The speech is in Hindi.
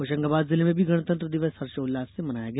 होशंगाबाद जिले में भी गणतंत्र दिवस हर्षोल्लास से मनाया गया